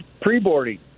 pre-boarding